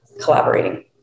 collaborating